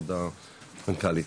כבוד המנכ"לית,